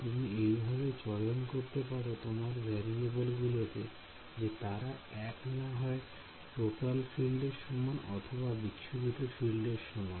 তুমি এইভাবে চয়ন করতে পারো তোমার ভ্যারিয়েবেল গুলোকে যে তারা এক না হয় টোটাল ফিল্ডের সমান অথবা বিচ্ছুরিত ফিল্ডের সমান